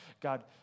God